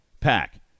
pack